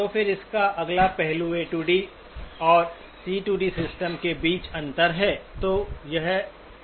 तो फिर इसका अगला पहलू ए डी AD और C D system CD system के बीच अंतर है